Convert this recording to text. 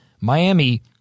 Miami